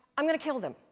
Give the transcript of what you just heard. i'm going to kill them.